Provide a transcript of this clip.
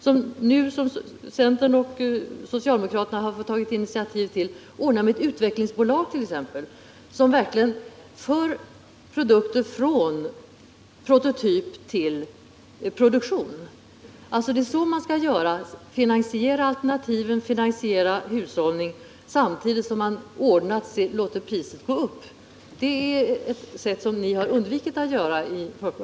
Man kan, som centern och socialdemokraterna nu gjort, ta initiativ till ett utvecklingsbolag som verkligen för produkter från prototyp till produktion. Det är så man skall göra: finansiera en hushållning och finansiera alternativen s' ntidigt som man låter priset gå upp. Det har folkpartiregeringen undvikit att göra.